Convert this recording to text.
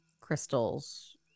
crystals